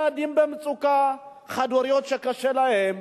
ילדים במצוקה, חד-הוריות שקשה להן,